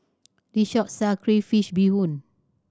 this shop sell crayfish beehoon